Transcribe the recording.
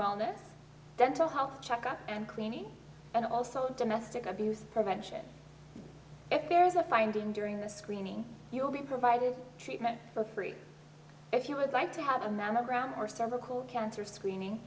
wellness dental health checkup and cleaning and also domestic abuse prevention if there is a finding during the screening you will be provided treatment for free if you would like to have a mammogram or several cancer screening